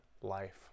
life